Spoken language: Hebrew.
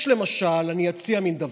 יש למשל, אני אציע מין דבר,